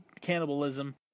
cannibalism